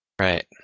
Right